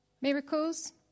Miracles